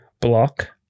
block